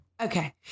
okay